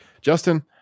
Justin